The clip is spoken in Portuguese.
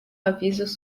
avisos